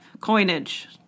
coinage